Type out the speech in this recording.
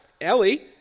Ellie